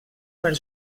per